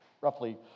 roughly